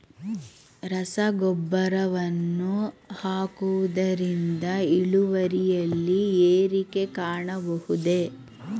ರಸಗೊಬ್ಬರವನ್ನು ಹಾಕುವುದರಿಂದ ಇಳುವರಿಯಲ್ಲಿ ಏರಿಕೆ ಕಾಣಬಹುದೇ?